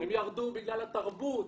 הם ירדו בגלל התרבות